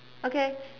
okay